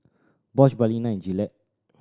Bosch Balina and Gillette